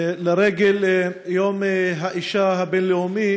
לרגל יום האישה הבין-לאומי